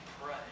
pray